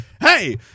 Hey